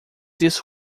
this